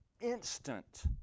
instant